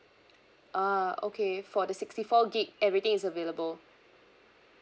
ah okay for the sixty four gig everything is available